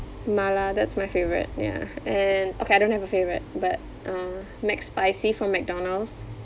mala that's my favourite ya and okay I don't have a favourite but uh mcspicy from Mcdonald's